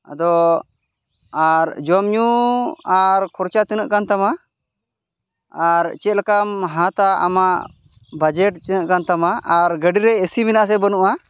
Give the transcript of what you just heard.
ᱟᱫᱚ ᱟᱨ ᱡᱚᱢ ᱧᱩ ᱟᱨ ᱠᱷᱚᱨᱪᱟ ᱛᱤᱱᱟᱹᱜ ᱠᱟᱱ ᱛᱟᱢᱟ ᱟᱨ ᱪᱮᱫ ᱞᱮᱠᱟᱢ ᱦᱟᱛᱟᱣᱟ ᱟᱢᱟᱜ ᱵᱟᱡᱮᱴ ᱛᱤᱱᱟᱹᱜ ᱜᱟᱱ ᱛᱟᱢᱟ ᱟᱨ ᱜᱟᱹᱰᱤ ᱨᱮ ᱮᱥᱤ ᱢᱮᱱᱟᱜ ᱟᱥᱮ ᱵᱟᱹᱱᱩᱜᱼᱟ